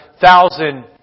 thousand